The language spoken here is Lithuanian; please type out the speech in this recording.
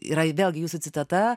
yra vėlgi jūsų citata